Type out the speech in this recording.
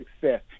success